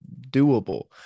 doable